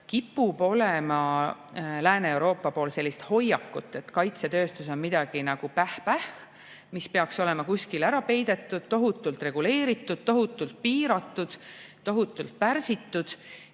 –, et Lääne-Euroopas kipub olema sellist hoiakut, et kaitsetööstus on midagi, mis on päh-päh, mis peaks olema kuskile ära peidetud, tohutult reguleeritud, tohutult piiratud, tohutult pärsitud.